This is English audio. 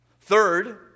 Third